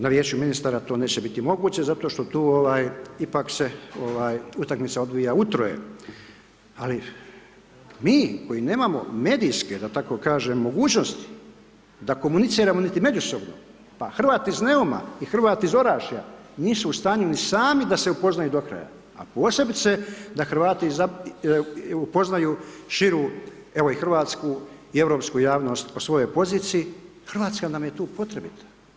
Na vijeću ministara to neće biti moguće zato što tu ipak se utakmica odvija u troje, ali, mi koji nemamo medijske, da tako kažem mogućnosti, da komuniciramo niti međusobno, pa Hrvati iz Neuma i Hrvati iz Orašja, nisu u stanju ni sami da se upoznaju do kraja, a posebice da Hrvati upoznaju širu, evo i Hrvatsku i europsku javnost po svojoj poziciji, Hrvatska nam je tu potrebita.